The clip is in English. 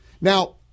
Now